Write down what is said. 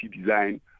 design